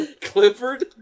Clifford